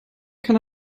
kann